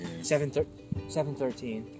713